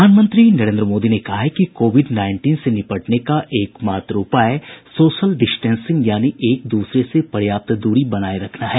प्रधानमंत्री नरेन्द्र मोदी ने फिर कहा है कि कोविड नाईनटीन से निपटने का एक मात्र उपाय सोशल डिस्टेंसिंग यानी एक दूसरे से पर्याप्त दूरी बनाये रखना है